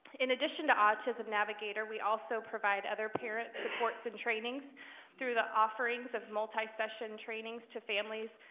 in addition to autism navigator, we also provide other parent supports and trainings through the offerings of multi-session trainings to families,